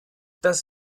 das